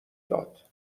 داد